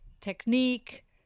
technique